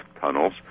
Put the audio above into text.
tunnels